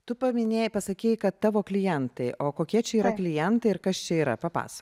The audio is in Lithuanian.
tu paminėjai pasakei kad tavo klientai o kokie čia yra klientai ir kas čia yra papasakok